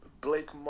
Blake